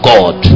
God